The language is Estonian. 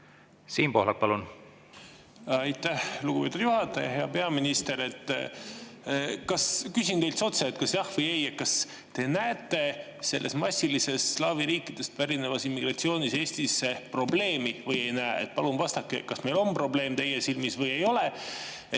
Siim Pohlak, palun! Aitäh, lugupeetud juhataja! Hea peaminister! Küsin teilt otse: kas jah või ei? Kas te näete selles massilises slaavi riikidest pärinevas immigratsioonis Eestisse probleemi või ei näe? Palun vastake, kas meil on probleem teie silmis või ei ole.